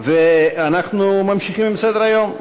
אנחנו ממשיכים בסדר-היום.